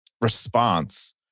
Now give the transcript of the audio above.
response